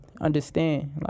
understand